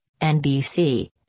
NBC